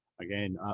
again